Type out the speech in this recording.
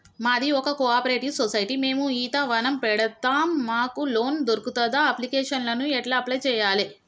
మాది ఒక cooperative society మేము ఈత వనం పెడతం మాకు లోన్ దొర్కుతదా? అప్లికేషన్లను ఎట్ల అప్లయ్ చేయాలే?